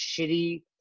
shitty